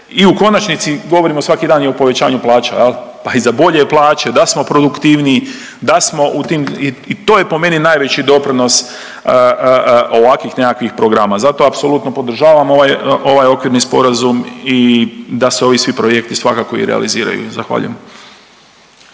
i u konačnici govorimo svaki dan i o povećanju plaća jel, pa i za bolje plaće, da smo produktivniji, da smo u tim, i to je po meni najveći doprinos ovakvih nekakvih programa. Zato apsolutno podržavam ovaj, ovaj okvirni sporazum i da se ovi svi projekti svakako i realiziraju, zahvaljujem.